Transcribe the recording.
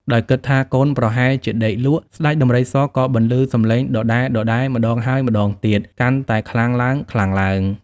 ដោយគិតថា កូនប្រហែលជាដេកលក់ ស្តេចដំរីសក៏បន្លឺសម្លេងដដែលៗម្តងហើយម្តងទៀតកាន់តែខ្លាំងឡើងៗ។